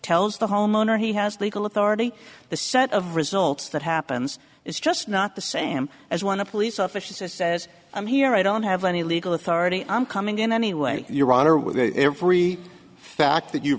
tells the homeowner he has legal authority the set of results that happens is just not the same as when a police officer says i'm here i don't have any legal authority i'm coming in anyway your honor with every fact that you